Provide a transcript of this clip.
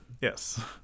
Yes